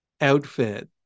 outfit